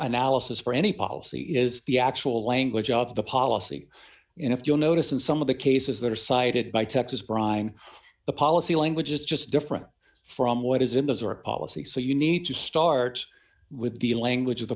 analysis for any policy is the actual language of the policy and if you'll notice in some of the cases that are cited by texas brine the policy language is just different from what is in those are policy so you need to start with the language of the